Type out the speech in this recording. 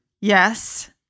Yes